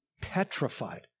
petrified